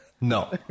no